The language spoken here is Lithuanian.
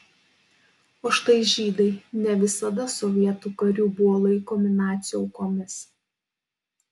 o štai žydai ne visada sovietų karių buvo laikomi nacių aukomis